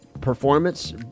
performance